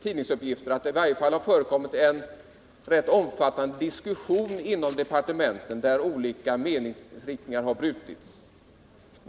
tidningsuppgifter har det i varje fall förekommit en rätt omfattande diskussion inom departementen, där olika meningsriktningar har brutits mot varandra.